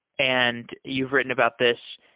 and you've written about this.